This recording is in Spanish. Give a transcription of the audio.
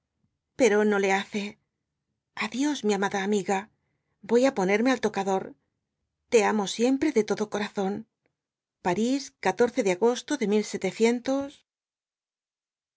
pero no le hace a dios mi amada amiga voy á ponerme al tocador le amo siempre de todo corazón paris i de agosto de